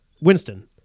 Winston